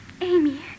Amy